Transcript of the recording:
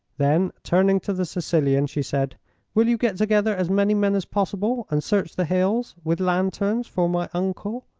then, turning to the sicilian, she said will you get together as many men as possible and search the hills, with lanterns, for my uncle?